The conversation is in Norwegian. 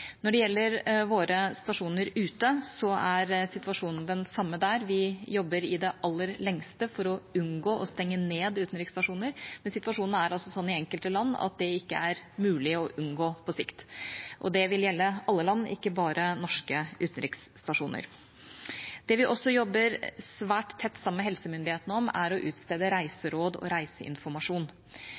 Når det gjelder våre stasjoner ute, er situasjonen den samme der. Vi jobber i det aller lengste for å unngå å stenge ned utenriksstasjoner, men situasjonen er sånn i enkelte land at det ikke er mulig å unngå på sikt, og det vil gjelde alle land, ikke bare norske utenriksstasjoner. Det vi også jobber svært tett sammen med helsemyndighetene om, er å utstede reiseråd og reiseinformasjon,